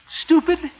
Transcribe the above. stupid